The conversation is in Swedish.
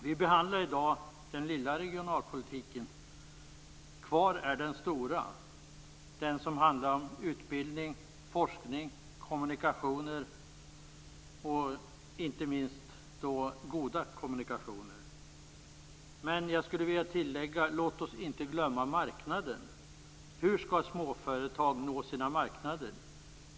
Vi behandlar i dag "den lilla regionalpolitiken". Kvar är den stora, den som handlar om utbildning, forskning och inte minst goda kommunikationer. Jag skulle också vilja tillägga: Låt oss inte glömma marknaden. Hur skall småföretag nå sina marknader?